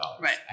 Right